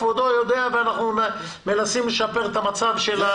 כבודו יודע ואנחנו מנסים לשפר את המצב.